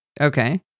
Okay